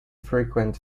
frequent